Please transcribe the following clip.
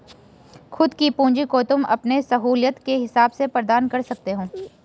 खुद की पूंजी को तुम अपनी सहूलियत के हिसाब से प्रदान कर सकते हो